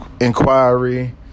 inquiry